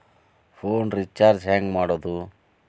Phone recharge ಹೆಂಗೆ ಮಾಡೋದು?